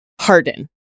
Harden